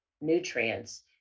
nutrients